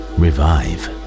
revive